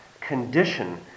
condition